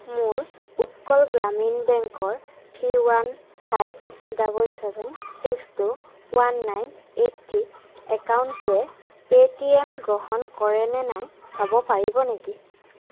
মোৰ উৎকল গ্ৰামীণ বেংকৰ three one five double seven six two one nine eight three একাউণ্টটোৱে Paytm গ্ৰহণ কৰে নে নাই চাব পাৰিব নেকি